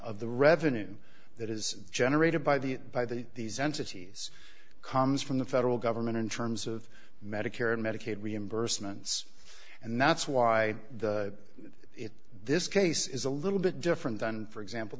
of the revenue that is generated by the by the these entities comes from the federal government in terms of medicare and medicaid reimbursements and that's why the this case is a little bit different and for example